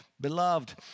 Beloved